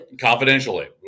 Confidentially